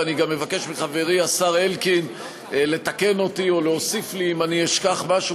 ואני גם מבקש מחברי השר אלקין לתקן אותי או להוסיף לי אם אני אשכח משהו,